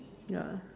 ya